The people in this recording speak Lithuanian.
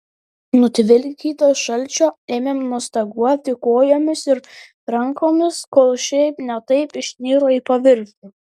nutvilkytas šalčio ėmė mostaguoti kojomis ir rankomis kol šiaip ne taip išniro į paviršių